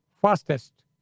fastest